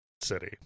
city